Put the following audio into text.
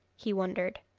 he wondered.